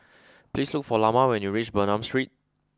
please look for Lamar when you reach Bernam Street